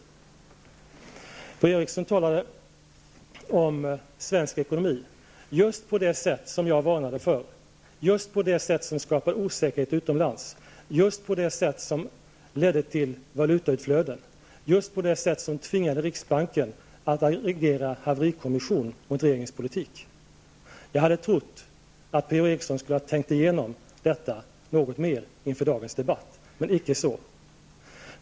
Per-Ola Eriksson talar om svensk ekonomi just på det sätt som jag varnade för, just på det sätt som skapar osäkerhet utomlands, just på det sätt som ledde till valutautflöden, just på det sätt som tvingade riksbanken att agera haverikommission när det gäller regeringens politik. Jag hade trott att P-O Eriksson skulle ha tänkt igenom detta något mer inför dagens debatt -- men icke så.